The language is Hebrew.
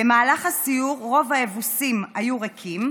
במהלך הסיור, רוב האבוסים היו ריקים.